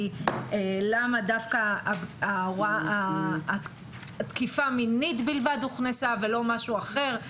למה דווקא התקיפה המינית בלבד הוכנסה ולא משהו אחר,